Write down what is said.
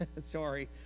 Sorry